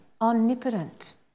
omnipotent